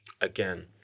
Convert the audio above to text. again